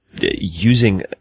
using